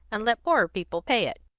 and let poorer people pay it.